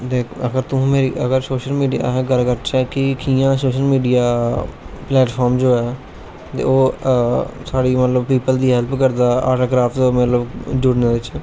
अगर तुसे social media अस गल्ल करचै कि किया सोशल मिडिया प्लेटफार्म जो है ओह् साढ़ी मतलब पीपल दी हैल्प करदा आर्ट एडं कराप्ट दा मतलव जोड़ने बिच